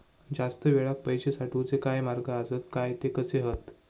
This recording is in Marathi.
जास्त वेळाक पैशे साठवूचे काय मार्ग आसत काय ते कसे हत?